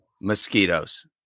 mosquitoes